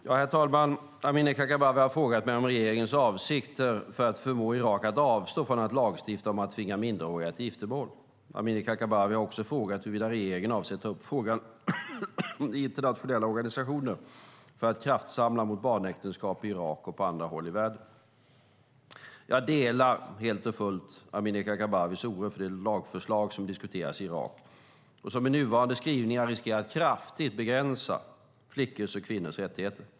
Herr talman! Amineh Kakabaveh har frågat mig om regeringens avsikter för att förmå Irak att avstå från att lagstifta om att tvinga minderåriga till giftermål. Amineh Kakabaveh har också frågat huruvida regeringen avser att ta upp frågan i internationella organisationer för att kraftsamla mot barnäktenskap i Irak och på andra håll i världen. Jag delar helt och fullt Amineh Kakabavehs oro för det lagförslag som diskuteras i Irak och som med nuvarande skrivningar riskerar att kraftigt begränsa flickors och kvinnors rättigheter.